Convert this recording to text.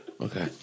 Okay